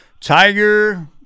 Tiger